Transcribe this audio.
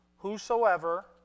Whosoever